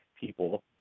people